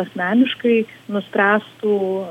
asmeniškai nuspręstų